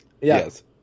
Yes